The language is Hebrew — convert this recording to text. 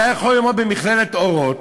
אתה יכול ללמוד במכללת "אורות",